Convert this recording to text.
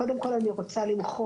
קודם כל, אני רוצה למחות,